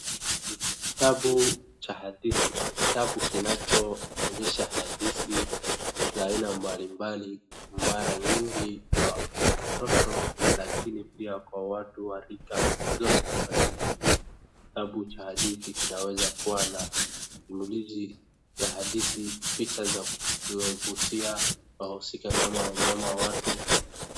Ni kitabu cha hadithi. Ni kitabu kinachoonyesha hadithi za aina mbalimbali mara nyingi kwa watoto, lakini pia kwa watu wa rika zote. Katika kitabu cha hadithi kinaweza kuwa na simulizi za hadithi, picha za kuvutia, wahusika kama wanyama, watu...